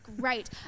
great